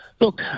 Look